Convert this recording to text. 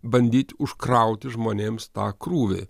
bandyt užkrauti žmonėms tą krūvį